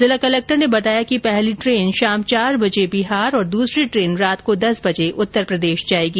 जिला कलक्टर ने बताया कि पहली ट्रेन शाम चार बजे बिहार और दूसरी ट्रेन रात को दस बजे उत्तरप्रदेश जायेगी